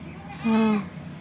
हाँ